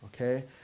Okay